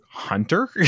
Hunter